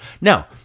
now